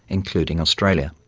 including australia.